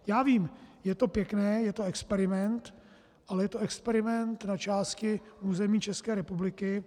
Já vím, je to pěkné, je to experiment, ale je to experiment na části území České republiky.